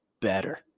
better